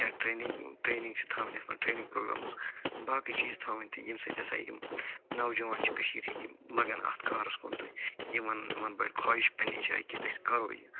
یا training training چھِ تھاوٕنۍ اَتھ منٛز ٹرینٛگ پروگامٕز باقٕے چیٖز تھاوٕنۍ تہِ ییٚمہِ سۭتۍ ہسا یِم نَوجوان چھِ کٔشیٖرِ ۂندۍ یِم لَگَن اَتھ کارَس کُن تہٕ یم وَنَن یِمَن بَڑِ خوٲیِش پَنٛنہِ جایہِ کہ أسۍ کَرَۄ یہِ